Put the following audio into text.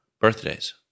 birthdays